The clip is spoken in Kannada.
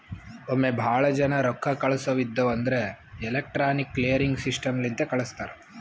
ಒಮ್ಮೆ ಭಾಳ ಜನಾ ರೊಕ್ಕಾ ಕಳ್ಸವ್ ಇದ್ಧಿವ್ ಅಂದುರ್ ಎಲೆಕ್ಟ್ರಾನಿಕ್ ಕ್ಲಿಯರಿಂಗ್ ಸಿಸ್ಟಮ್ ಲಿಂತೆ ಕಳುಸ್ತಾರ್